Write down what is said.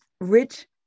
Rich